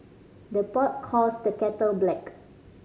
the pot calls the kettle black